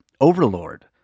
Overlord